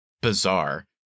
bizarre